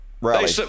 rally